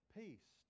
peace